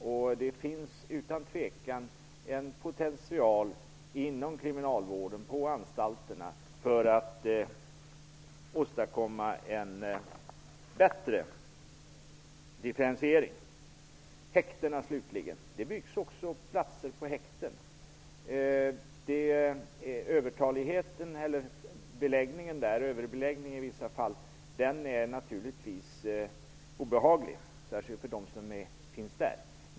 Utan tvivel finns det en potential inom kriminalvården, på anstalterna, när det gäller att åstadkomma en bättre differentiering. Slutligen något om häktena. Utbyggnaden av platser gäller också häktena. Den överbeläggning som i vissa fall kan konstateras är naturligtvis obehaglig, särskilt för dem som vistas där.